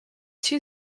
two